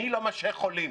אני לא משהה חולים.